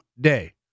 day